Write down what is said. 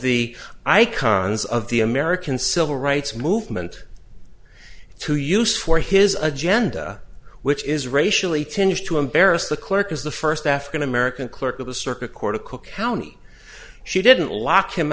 the icons of the american civil rights movement to use for his agenda which is racially tinge to embarrass the clerk as the first african american clerk of the circuit court of cook county she didn't lock him